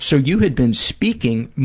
so you had been speaking,